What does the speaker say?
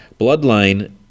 Bloodline